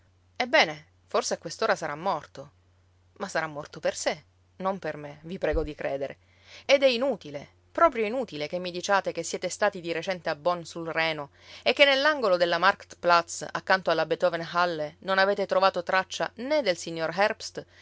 ebbene forse a quest'ora sarà morto ma sarà morto per sé non per me vi prego di credere ed è inutile proprio inutile che mi diciate che siete stati di recente a bonn sul reno e che nell'angolo della marktplatz accanto alla beethoven-halle non avete trovato traccia né del signor herbst